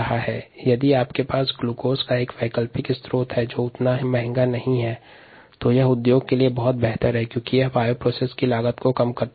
अतः ग्लूकोज का वैकल्पिक क्रियाधार जो सस्ता हो उद्योग स्तर पर इस्तेमाल के लिए बेहतर होता है क्योंकि यह बायोप्रोसेस की लागत को कम करता है